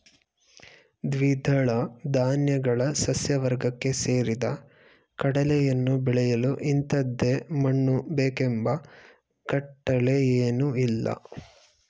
ದ್ವಿದಳ ಧಾನ್ಯಗಳ ಸಸ್ಯವರ್ಗಕ್ಕೆ ಸೇರಿದ ಕಡಲೆಯನ್ನು ಬೆಳೆಯಲು ಇಂಥದೇ ಮಣ್ಣು ಬೇಕೆಂಬ ಕಟ್ಟಳೆಯೇನೂಇಲ್ಲ